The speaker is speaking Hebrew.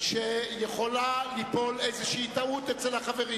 ויכולה ליפול איזו טעות אצל החברים